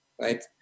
right